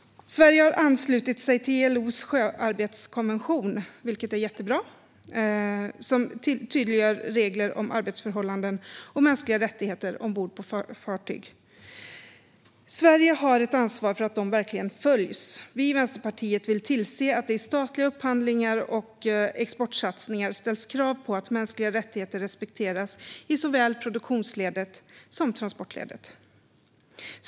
Sverige har anslutit sig till ILO:s sjöarbetskonvention, vilket är jättebra. Den tydliggör regler om arbetsförhållanden och mänskliga rättigheter ombord på fartyg. Sverige har ett ansvar för att detta verkligen följs. Vi i Vänsterpartiet vill tillse att det i statliga upphandlingar och exportsatsningar ställs krav på att mänskliga rättigheter respekteras i såväl produktionsledet som transportledet.